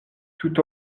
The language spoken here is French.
tout